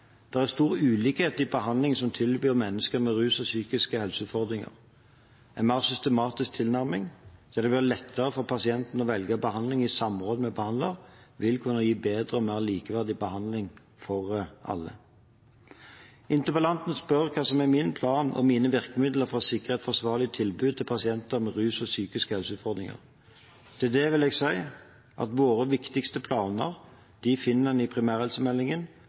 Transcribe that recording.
der det blir lettere for pasienten å velge behandling i samråd med behandlerne, vil kunne gi bedre og mer likeverdig behandling for alle. Interpellanten spør hva som er min plan og mine virkemidler for å sikre et forsvarlig tilbud til pasienter med rus- og psykiske helseutfordringer. Til det vil jeg si at våre viktigste planer finner en i